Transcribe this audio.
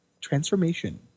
transformation